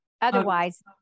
otherwise